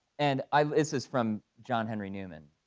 and ah this is from john henry newman.